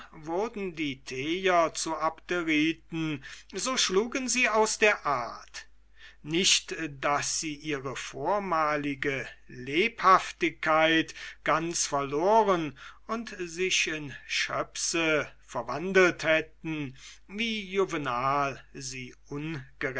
die tejer zu abderiten so schlugen sie aus der art nicht daß sie ihre vormalige lebhaftigkeit ganz verloren und sich in schöpse verwandelt hätten wie juvenal sie